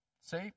see